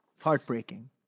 Heartbreaking